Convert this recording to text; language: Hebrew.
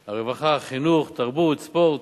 הרווחה, החינוך והתרבות והספורט.